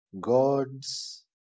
God's